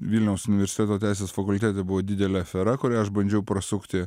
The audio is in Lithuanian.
vilniaus universiteto teisės fakultete buvo didelė afera kurią aš bandžiau prasukti